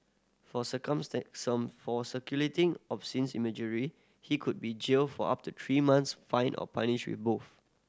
for for circulating obscene imagery he could be jailed for up to three months fined or punished with both